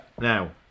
Now